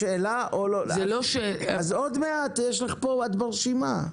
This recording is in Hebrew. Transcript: את עוד מעט תדברי, את מופיעה ברשימה.